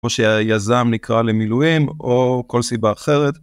או שהיזם נקרא למילואים, או כל סיבה אחרת.